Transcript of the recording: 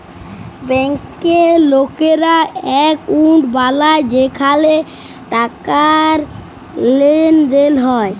ব্যাংকে লকেরা একউন্ট বালায় যেখালে টাকার লেনদেল হ্যয়